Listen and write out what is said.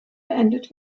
beendet